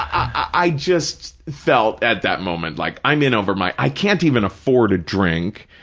i just felt, at that moment, like i'm in over my, i can't even afford a drink,